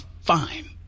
fine